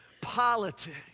politics